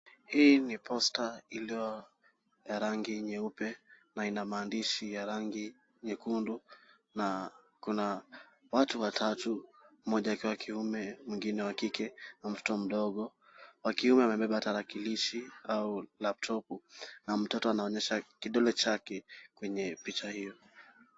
Hii ni posta iliyo ya rangi nyeupe na ina maandishi ya rangi nyekundu na kuna watu watatu mmoja akiwa wa kiume, mwingine wa kike na mtoto mdogo. Wa kiume amebeba tarakilishi au laptopu na mtoto anaonyesha kidole chake kwenye picha hiyo.